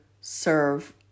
serve